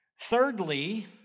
Thirdly